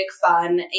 fun